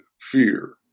fear